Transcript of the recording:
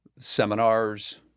seminars